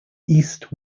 east